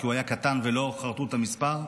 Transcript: כי הוא היה קטן ולא חרטו את המספר.